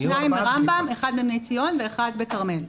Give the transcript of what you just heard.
שניים ברמב"ם, אחד בבני ציון ואחד בכרמל.